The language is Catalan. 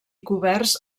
coberts